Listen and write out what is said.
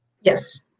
Yes